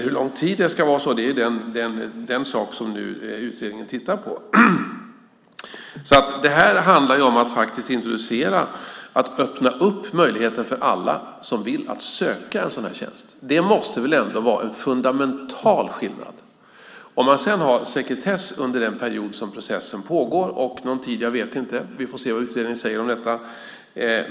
Hur lång tid det ska vara sekretess tittar utredningen på. Det handlar om att introducera och öppna möjligheten att söka en sådan här tjänst för alla som vill det. Det måste väl ändå vara en fundamental skillnad? Det blir sekretess under den period som processen pågår och kanske under någon tid efter - vi får se vad utredningen säger om detta.